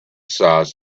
size